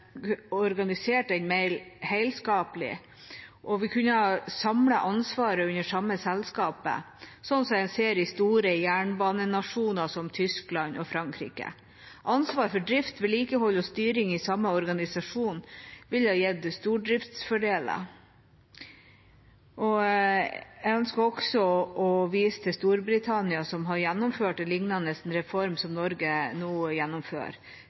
organisert den mer helhetlig, og vi kunne samlet ansvaret under det samme selskapet, slik en ser i store jernbanenasjoner som Tyskland og Frankrike. Ansvaret for drift, vedlikehold og styring i samme organisasjon ville gitt stordriftsfordeler. Jeg ønsker å vise til Storbritannia som har gjennomført en lignende reform